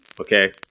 okay